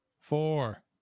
four